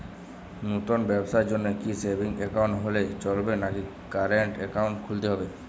নতুন ব্যবসার জন্যে কি সেভিংস একাউন্ট হলে চলবে নাকি কারেন্ট একাউন্ট খুলতে হবে?